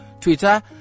Twitter